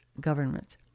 government